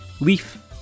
Leaf